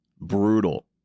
brutal